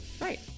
Right